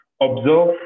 Observe